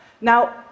Now